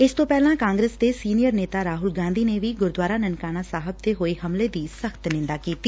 ਇਸ ਤੋਂ ਪਹਿਲਾਂ ਕਾਂਗਰਸ ਦੇ ਸੀਨੀਅਰ ਨੇਤਾ ਰਾਹੁਲ ਗਾਂਧੀ ਨੇ ਵੀ ਗੁਰਦੁਆਰਾ ਨਨਕਾਣਾ ਸਾਹਿਬ ਤੇ ਹੋਏ ਹਮਲੇ ਦੀ ਸਖ਼ਤ ਨਿੰਦਾ ਕੀਤੀ